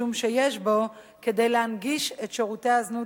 משום שיש בו כדי להנגיש את שירותי הזנות